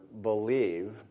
believe